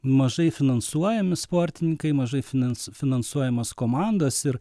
mažai finansuojami sportininkai mažai finans finansuojamos komandos ir